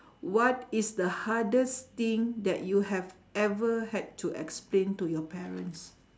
what is the hardest thing that you have ever had to explain to your parents